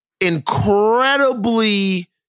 incredibly